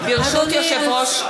אדוני,